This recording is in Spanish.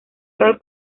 rol